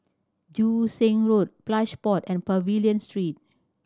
Joo Seng Road Plush Pods and Pavilion Street